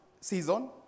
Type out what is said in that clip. season